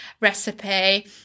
recipe